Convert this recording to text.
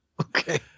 okay